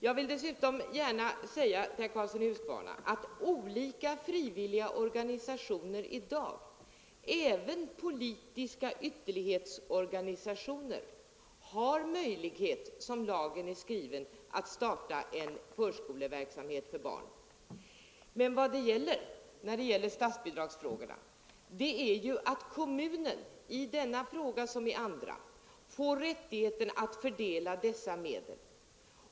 Jag vill dessutom säga till herr Karlsson att olika frivilliga — Nr 129 organisationer, även politiska ytterlighetsorganisationer, i dag som lagen Onsdagen den är skriven har möjlighet att starta en förskoleverksamhet för barn. Men 27 november 1974 vad det gäller här är ju att kommunen, i detta fall som i andra, får rättighet att fördela statsbidragsmedlen.